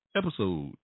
episode